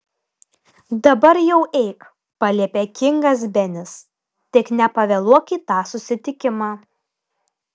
dabar jau eik paliepė kingas benis tik nepavėluok į tą susitikimą